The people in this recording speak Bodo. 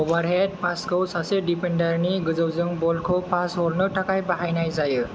अभारहेड पासखौ सासे डिफेन्डारनि गोजौजों बलखौ पास हरनो थाखाय बाहायनाय जायो